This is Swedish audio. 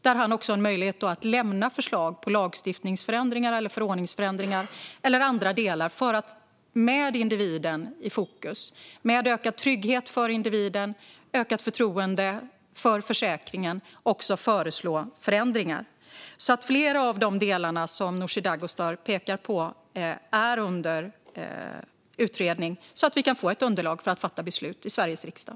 Han har en möjlighet att lämna förslag på lagstiftningsförändringar, förordningsförändringar eller andra delar för att med individen i fokus, med ökad trygghet för individen och med ökat förtroende för försäkringen föreslå förändringar. Flera av de delar som Nooshi Dadgostar pekar på är alltså under utredning, så att vi kan få ett underlag för att fatta beslut i Sveriges riksdag.